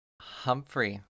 Humphrey